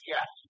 Yes